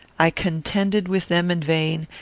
i contended with them in vain,